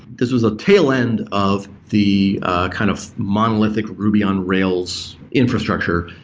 this was the tail end of the kind of monolithic ruby on rails infrastructure.